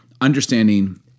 understanding